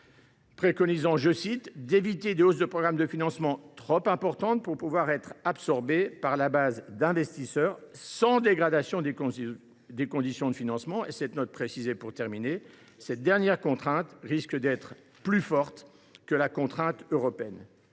préconisait d’« éviter des hausses de programme de financement trop importantes pour pouvoir être absorbées par la base d’investisseurs sans dégradation des conditions de financement », précisant que « cette dernière contrainte risqu[ait] d’être plus forte que la contrainte européenne